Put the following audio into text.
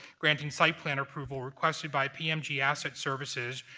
granting site plan approval requested by pmg asset services,